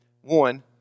One